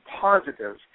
positive